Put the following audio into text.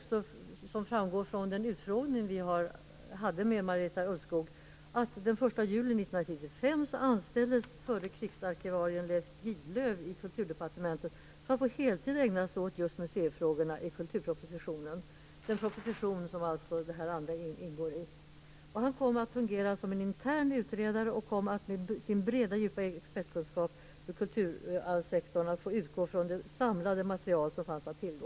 Som framgår av den utfrågningen av Marita Ulvskog i konstitutionsutskottet anställdes den 1 juli 1995 den förre krigsarkivarien Leif Gidlöv på Kulturdepartementet för att på heltid ägna sig åt museifrågorna i kulturpropositionen, den proposition som denna handläggning ingår i. Han kom att fungera som en intern utredare. Med sin breda och djupa expertkunskap från kultursektorn har han utgått från det samlade material som fanns att tillgå.